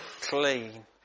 clean